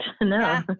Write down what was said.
no